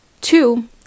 Two